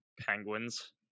Penguins